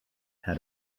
how